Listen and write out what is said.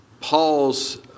Paul's